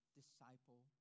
disciple